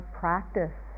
practice